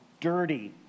dirty